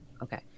Okay